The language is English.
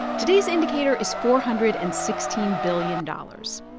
today's indicator is four hundred and sixteen billion dollars.